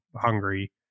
hungry